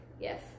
yes